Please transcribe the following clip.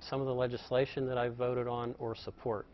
some of the legislation that i voted on or support